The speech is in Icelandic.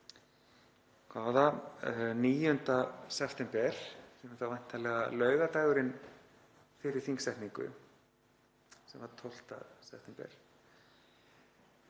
9. september, sem er þá væntanlega laugardagurinn fyrir þingsetningu sem var 12. september.